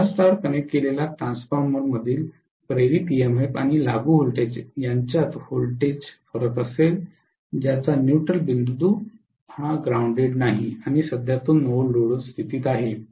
star star connect केलेला ट्रान्सफॉर्मरमधील प्रेरित इएमएफ आणि लागू व्होल्टेज यांच्यात व्होल्टेज फरक असेल ज्याचा न्यूट्ल बिंदू ग्राऊंडेड नाही आणि सध्या तो नो लोड स्थितीत नाही